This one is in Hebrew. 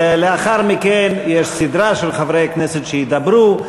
לאחר מכן יש סדרה של חברי כנסת שידברו.